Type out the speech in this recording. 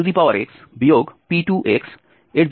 ex P2